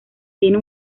tiene